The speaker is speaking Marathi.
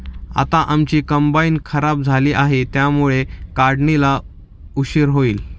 आता आमची कंबाइन खराब झाली आहे, त्यामुळे काढणीला उशीर होईल